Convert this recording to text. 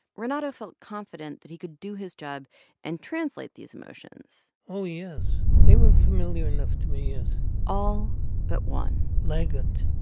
renato felt confident that he could do his job and translate these emotions oh, yes, they were familiar enough to me, yes all but one liget